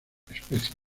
especie